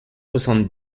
soixante